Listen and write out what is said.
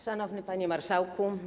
Szanowny Panie Marszałku!